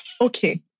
Okay